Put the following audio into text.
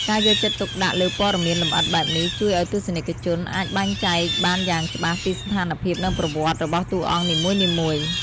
ការយកចិត្តទុកដាក់លើព័ត៌មានលម្អិតបែបនេះ ជួយឲ្យទស្សនិកជនអាចបែងចែកបានយ៉ាងច្បាស់ពីស្ថានភាព និងប្រវត្តិរបស់តួអង្គនីមួយៗ។